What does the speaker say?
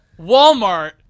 Walmart